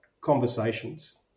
conversations